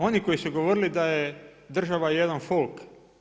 Oni koji su govorili da je država jedan folk.